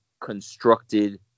constructed